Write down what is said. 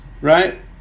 right